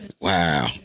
Wow